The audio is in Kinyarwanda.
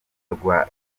rwa